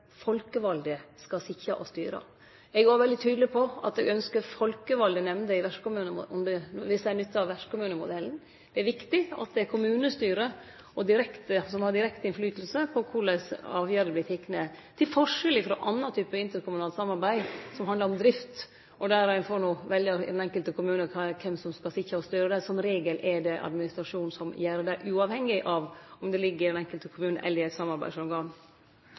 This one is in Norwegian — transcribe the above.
folkevalde skal sitje og styre. Eg er òg veldig tydeleg på at eg ynskjer folkevalde nemnder dersom ein nyttar vertskommunemodellen. Det er viktig at det er kommunestyret som har direkte innverknad på korleis avgjerder vert tekne, til forskjell frå annan type interkommunalt samarbeid som handlar om drift. Så får no veljarane i den enkelte kommunen avgjere kven som skal sitje og styre. Som regel er det administrasjonen som gjer det, uavhengig av om det ligg til den enkelte kommunen eller til eit samarbeidsorgan.